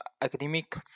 academic